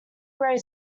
grey